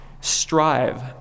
Strive